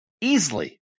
easily